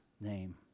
name